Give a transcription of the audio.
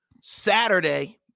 Saturday